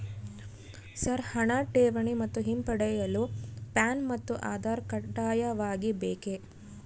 Sir ಹಣ ಠೇವಣಿ ಮತ್ತು ಹಿಂಪಡೆಯಲು ಪ್ಯಾನ್ ಮತ್ತು ಆಧಾರ್ ಕಡ್ಡಾಯವಾಗಿ ಬೇಕೆ?